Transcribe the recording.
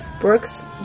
Brooks